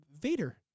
Vader